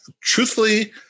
Truthfully